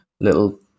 little